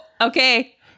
okay